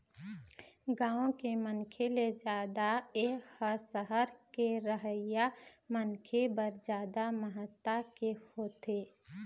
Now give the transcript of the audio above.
गाँव के मनखे ले जादा ए ह सहर के रहइया मनखे बर जादा महत्ता के होथे